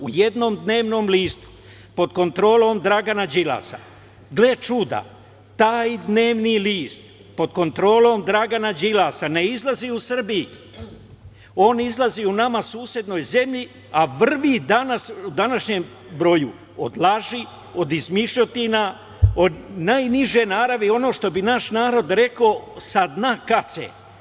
U jednom dnevnom listu pod kontrolom Dragana Đilasa, gle čuda, taj dnevni list ne izlazi u Srbiji, on izlazi u nama susednoj zemlji, a vrvi u današnjem broju od laži i od izmišljotina, od najniže naravi, što bi naš narod rekao, sa dna kace.